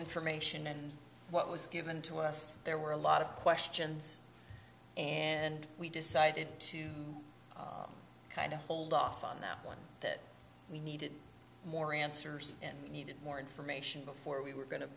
information and what was given to us there were a lot of questions and we decided to kind of hold off on that one that we needed more answers and we needed more information before we were going to